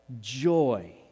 joy